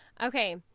Okay